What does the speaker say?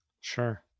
Sure